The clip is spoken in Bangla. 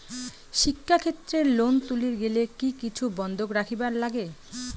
শিক্ষাক্ষেত্রে লোন তুলির গেলে কি কিছু বন্ধক রাখিবার লাগে?